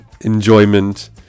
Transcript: enjoyment